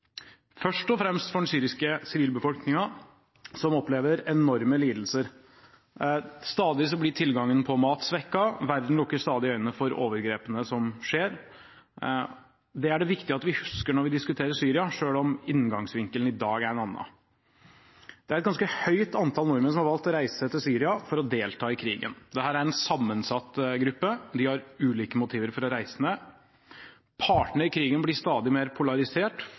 først og fremst for den syriske sivilbefolkningen, som opplever enorme lidelser. Stadig blir tilgangen på mat svekket, og verden lukker stadig øynene for overgrepene som skjer. Det er det viktig at vi husker når vi diskuterer Syria, selv om inngangsvinkelen i dag er en annen. Det er et ganske høyt antall nordmenn som har valgt å reise til Syria for å delta i krigen. Dette er en sammensatt gruppe, de har ulike motiver for å reise. Partene i krigen blir stadig mer polarisert,